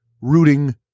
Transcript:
rooting